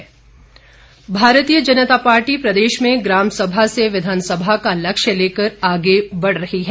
सुरेश कश्यप भारतीय जनता पार्टी प्रदेश में ग्राम सभा से विधानसभा का लक्ष्य लेकर आगे बढ़ रही है